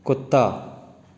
ਕੁੱਤਾ